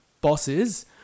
bosses